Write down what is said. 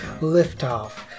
Liftoff